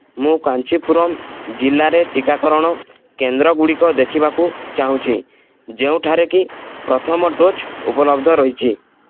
ମୁଁ କାଞ୍ଚିପୁରମ୍ ଜିଲ୍ଲାରେ ଟିକାକରଣ କେନ୍ଦ୍ରଗୁଡ଼ିକ ଦେଖିବାକୁ ଚାହୁଁଛି ଯେଉଁଠାରେ କି ପ୍ରଥମ ଡୋଜ୍ ଉପଲବ୍ଧ ରହିଛି